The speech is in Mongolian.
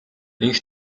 энх